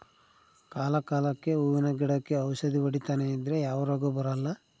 ಕಾಲ ಕಾಲಕ್ಕೆಹೂವಿನ ಗಿಡಕ್ಕೆ ಔಷಧಿ ಹೊಡಿತನೆ ಇದ್ರೆ ಯಾವ ರೋಗ ಬರಲ್ಲ